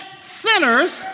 sinners